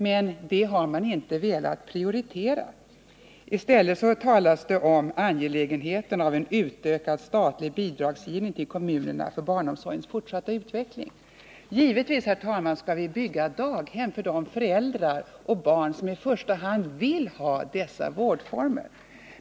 Det har man emellertid inte velat prioritera. I stället talas det om angelägenheten av utökad statlig bidragsgivning till kommunerna för barnomsorgens fortsatta utveckling. Givetvis, herr talman, skall vi bygga daghem för de föräldrar och barn som i första hand vill ha den vårdformen.